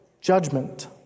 judgment